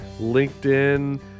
LinkedIn